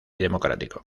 democrático